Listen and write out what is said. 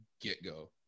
get-go